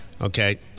Okay